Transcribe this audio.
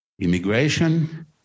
Immigration